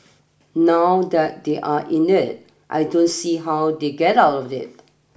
now that they're in it I don't see how they get out of it